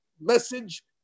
message